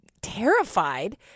terrified